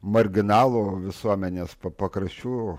marginalų visuomenės pakraščių